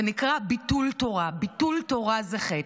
זה נקרא ביטול תורה, ביטול תורה זה חטא.